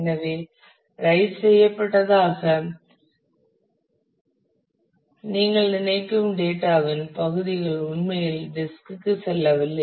எனவே ரைட் செய்யப்பட்டதாக நீங்கள் நினைக்கும் டேட்டா வின் பகுதிகள் உண்மையில் டிஸ்க் க்குச் செல்லவில்லை